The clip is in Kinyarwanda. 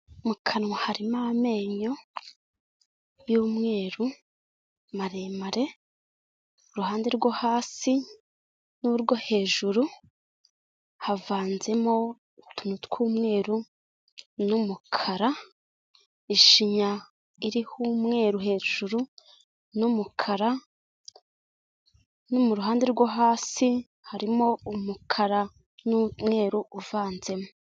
Mu kanwa harimo amenyo y'umweru maremare, iruhande rwo hasi n'urwo hejuru havanzemo utuntu tw'umweru n'umukara, ishinya iriho umweru hejuru n'umukara, no mu ruhande rwo hasi harimo umukara n'umweru uvanzemo.